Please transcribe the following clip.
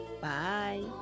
Bye